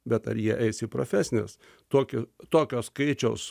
bet ar jie eis į profesines tokį tokio skaičiaus